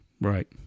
Right